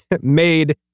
made